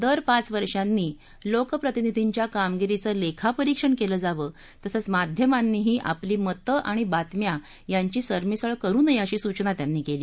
दर पाच वर्षांनी लोकप्रतिनिधींच्या कामगिरीचं लेखापरीक्षण केलं जावं तसंच माध्यमांनीही आपली मतं आणि बातम्या यांची सरमिसळ करु नये अशी सूचना त्यांनी केली